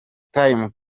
time